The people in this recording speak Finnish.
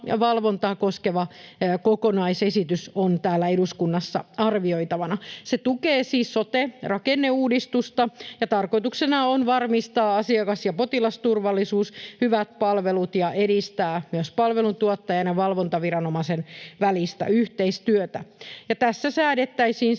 sama valvontaa koskeva kokonais-esitys on täällä eduskunnassa arvioitavana. Se siis tukee sote-rakenneuudistusta, ja tarkoituksena on varmistaa asiakas- ja potilasturvallisuus ja hyvät palvelut sekä edistää myös palveluntuottajan ja valvontaviranomaisten välistä yhteistyötä. Tässä säädettäisiin